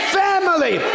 family